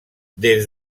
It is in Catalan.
des